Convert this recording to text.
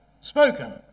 spoken